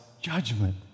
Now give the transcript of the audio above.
judgment